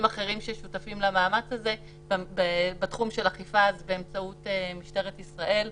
אחרים ששותפים למאמץ הזה בתחום של אכיפה באמצעות משטרת ישראל.